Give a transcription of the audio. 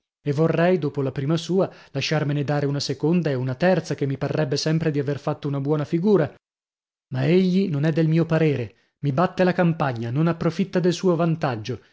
e vorrei dopo la prima sua lasciarmene dare una seconda e una terza che mi parrebbe sempre di aver fatto una buona figura ma egli non è del mio parere mi batte la campagna non approfitta del suo vantaggio